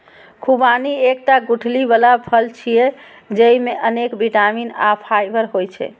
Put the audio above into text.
खुबानी एकटा गुठली बला फल छियै, जेइमे अनेक बिटामिन आ फाइबर होइ छै